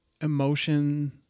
emotion